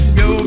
go